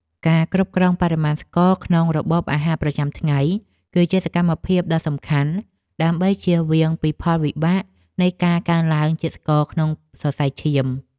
ការគ្រប់គ្រងបរិមាណស្ករក្នុងរបបអាហារប្រចាំថ្ងៃ គឺជាសកម្មភាពដ៏សំខាន់ ដើម្បីជៀសវាងពីផលវិបាកនៃការកើនឡើងជាតិស្ករក្នុងសរសៃឈាម។